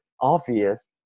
obvious